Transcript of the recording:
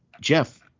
Jeff